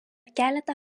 keletą